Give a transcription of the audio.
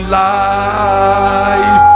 life